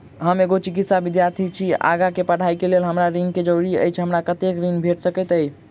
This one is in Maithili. हम एगो चिकित्सा विद्यार्थी छी, आगा कऽ पढ़ाई कऽ लेल हमरा ऋण केँ जरूरी अछि, हमरा कत्तेक ऋण भेट सकय छई?